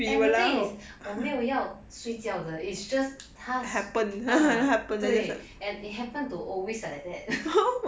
and the thing is 我没有要睡觉的 is just 他 ah 对 and it happened to always like that